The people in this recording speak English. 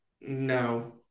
No